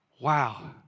Wow